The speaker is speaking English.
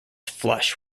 flush